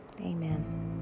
Amen